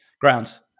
grounds